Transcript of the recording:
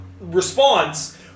response